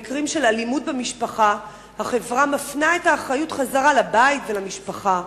במקרים של אלימות במשפחה החברה מפנה את האחריות חזרה לבית ולמשפחה.